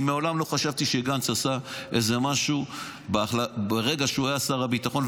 אני מעולם לא חשבתי שגנץ עשה משהו ברגע שהוא היה שר הביטחון,